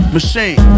Machine